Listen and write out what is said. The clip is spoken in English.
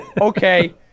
okay